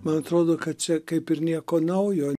man atrodo kad čia kaip ir nieko naujo